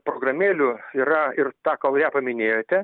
programėlių yra ir tą kurią paminėjote